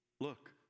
look